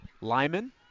Lyman